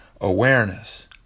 awareness